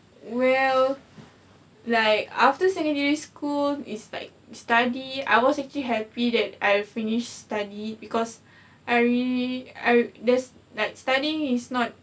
well like after secondary school it's like study I was actually happy that I finish study because I really there's like studying is not